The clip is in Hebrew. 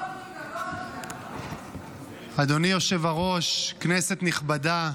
אדוני היושב-ראש, כנסת נכבדה,